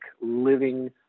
living